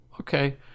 Okay